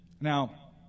Now